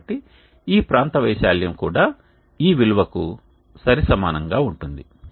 కాబట్టి ఈ ప్రాంత వైశాల్యం కూడా ఈ విలువకు సరి సమానంగా ఉంటుంది